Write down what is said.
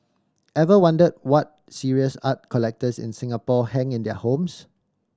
ever wondered what serious art collectors in Singapore hang in their homes